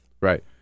Right